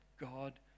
God